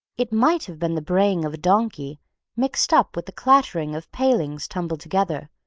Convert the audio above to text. it might have been the braying of a donkey mixed up with the clattering of palings tumbled together,